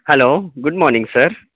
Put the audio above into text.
hello good morning sir